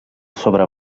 sobre